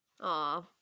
Aw